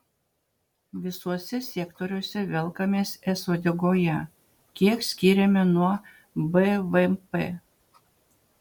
visuose sektoriuose velkamės es uodegoje kiek skiriame nuo bvp